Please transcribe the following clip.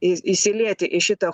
į įsilieti į šitą